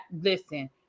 listen